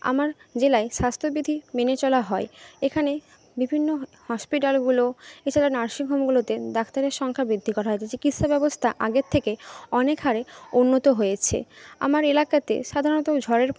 আমার জেলায় স্বাস্থ্যবিধি মেনে চলা হয় এখানে বিভিন্ন হসপিটালগুলো এছাড়া নার্সিংহোমগুলোতে ডাক্তারের সংখ্যা বৃদ্ধি করা চিকিৎসা ব্যবস্থা আগের থেকে অনেক হারে উন্নত হয়েছে আমার এলাকাতে সাধারণত ঝড়ের